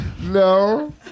No